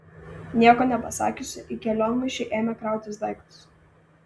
nieko nepasakiusi į kelionmaišį ėmė krautis daiktus